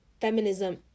feminism